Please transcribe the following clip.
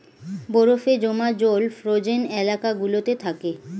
বরফে জমা জল ফ্রোজেন এলাকা গুলোতে থাকে